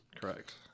Correct